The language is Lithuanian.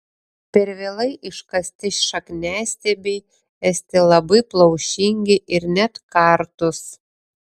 per vėlai iškasti šakniastiebiai esti labai plaušingi ir net kartūs